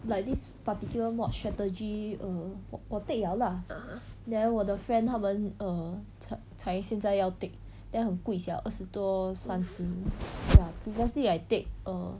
like this particular mod strategy err 我 take 了 lah then 我的 friend 他们 err 才才现在要 take then 很贵 sia 二十多三十 ya previously I take err